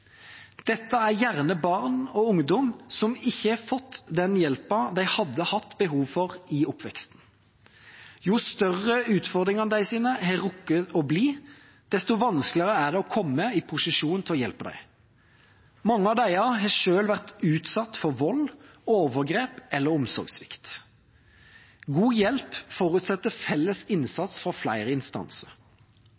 Dette er gjerne barn og ungdom som ikke har fått den hjelpa de hadde hatt behov for i oppveksten. Jo større utfordringene deres har rukket å bli, desto vanskeligere er det å komme i posisjon til å hjelpe dem. Mange av disse har selv vært utsatt for vold, overgrep eller omsorgssvikt. God hjelp forutsetter felles